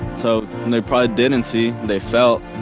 so, and they probably didn't see. they felt.